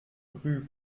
rue